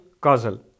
causal